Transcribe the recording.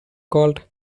called